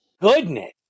goodness